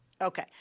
Okay